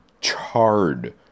charred